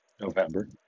November